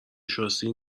شاسی